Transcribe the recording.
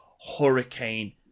Hurricane